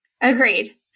Agreed